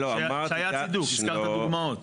שהיה צידוק, הזכרת דוגמאות.